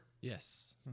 Yes